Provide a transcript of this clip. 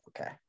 okay